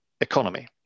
economy